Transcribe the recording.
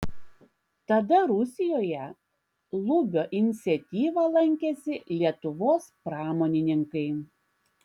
tada rusijoje lubio iniciatyva lankėsi lietuvos pramonininkai